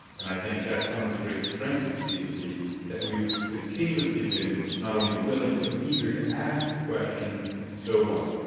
and i think that's one of the great strengths of cdc that we've continuously been not only willing but eager to ask the question so what?